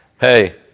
Hey